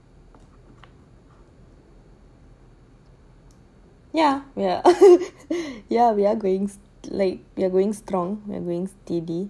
ya ya ya we're going like we're going strong we're going steady